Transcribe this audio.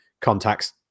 contacts